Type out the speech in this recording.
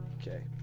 Okay